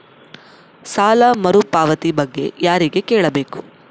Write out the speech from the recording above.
ಸಾಲ ಮರುಪಾವತಿ ಬಗ್ಗೆ ಯಾರಿಗೆ ಕೇಳಬೇಕು?